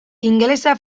ingelesa